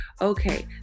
Okay